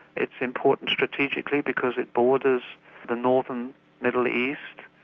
it's important strategically because it borders the northern middle east,